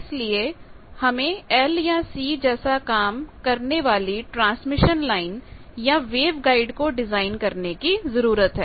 इसलिए हमें L या C जैसा काम करने वाली ट्रांसमिशन लाइन या वेवगाइड को डिजाइन करने की जरूरत है